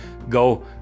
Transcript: go